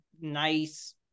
nice